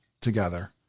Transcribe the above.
together